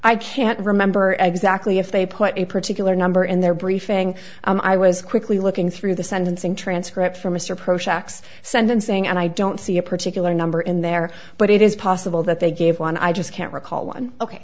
i can't remember exactly if they put a particular number in their briefing i was quickly looking through the sentencing transcript for mr approach x sentencing and i don't see a particular number in there but it is possible that they gave one i just can't recall one ok